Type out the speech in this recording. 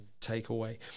takeaway